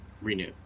Renew